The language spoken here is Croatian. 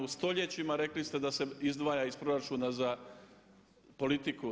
Stoljećima rekli ste da se izdvaja iz proračuna za politiku.